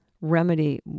remedy